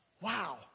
wow